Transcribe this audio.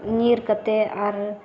ᱧᱤᱨ ᱠᱟᱛᱮ ᱟᱨ